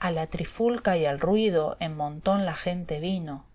a la trifulca y al ruido en montón la gente vino